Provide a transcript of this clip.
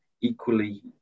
equally